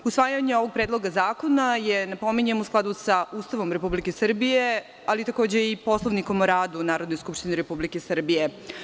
Usvajanje ovog Predloga zakona je, napominjem, u skladu sa Ustavom Republike Srbije, ali takođe i Poslovnikom o radu Narodne skupštine Republike Srbije.